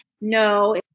no